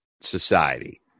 society